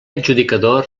adjudicador